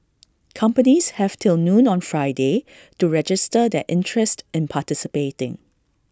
companies have till noon on Friday to register their interest in participating